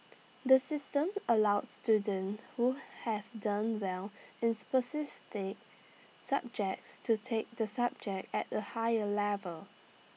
the system allows students who have done well in specific subjects to take the subject at A higher level